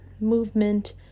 movement